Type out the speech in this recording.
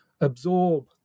absorb